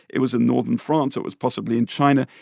it was in northern france. it was possibly in china.